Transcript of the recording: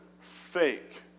fake